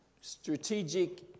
strategic